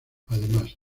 además